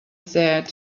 said